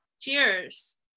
Cheers